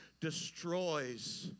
destroys